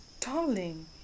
darling